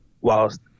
whilst